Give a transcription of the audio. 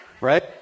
right